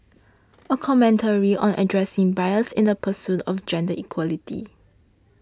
a commentary on addressing bias in the pursuit of gender equality